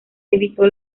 evitó